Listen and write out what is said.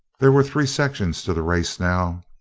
there were three sections to the race now.